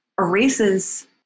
erases